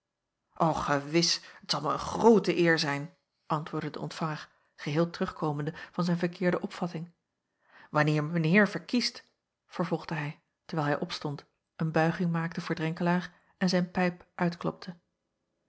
gewis t zal mij een groote eer zijn antwoordde de ontvanger geheel terugkomende van zijn verkeerde opvatting wanneer mijn heer verkiest vervolgde hij terwijl hij opstond een buiging maakte voor drenkelaer en zijn pijp uitklopte